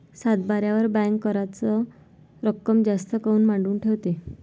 सातबाऱ्यावर बँक कराच रक्कम जास्त काऊन मांडून ठेवते?